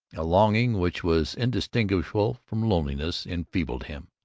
a longing which was indistinguishable from loneliness enfeebled him.